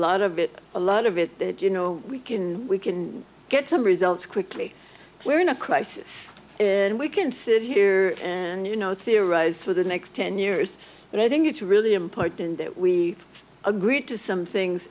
lot of it a lot of it you know we can we can get some results quickly we're in a crisis and we can sit here and you know theorize for the next ten years but i think it's really important that we agree to some things